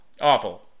Awful